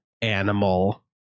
animal